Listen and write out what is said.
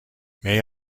may